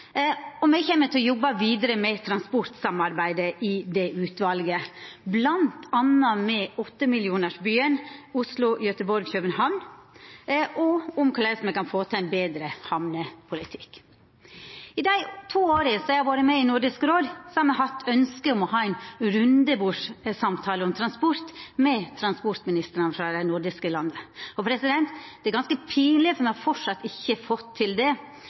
Me kjem til å jobba vidare med transportsamarbeidet i det utvalet, bl.a. med åttemillionarsbyen Oslo‒Gøteborg‒København, og om korleis me kan få til ein betre hamnepolitikk. I dei to åra som eg har vore med i Nordisk råd, har me hatt ønske om å ha ein rundebordssamtale om transport med transportministrane i dei nordiske landa. Det er ganske pinleg at me framleis ikkje har fått det til. I debatten her i fjor utfordra eg samarbeidsministeren om det